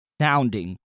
sounding